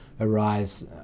arise